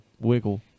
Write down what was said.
Wiggle